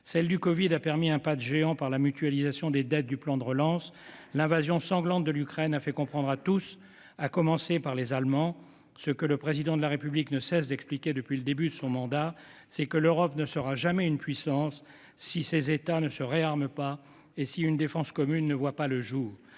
Celle du covid-19 a permis un pas de géant par la mutualisation des dettes du plan de relance. L'invasion sanglante de l'Ukraine a fait comprendre à tous, à commencer par les Allemands, ce que le Président de la République ne cesse d'expliquer depuis le début de son mandat : l'Europe ne sera jamais une puissance si ses États ne se réarment pas et si une défense commune ne voit pas le jour.